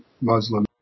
Muslim